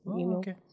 Okay